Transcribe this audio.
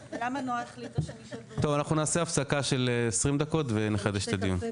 אנחנו נעשה הפסקה של 20 דקות ונחדש את הדיון.